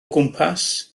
gwmpas